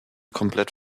komplett